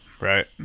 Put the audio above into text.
Right